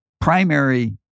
primary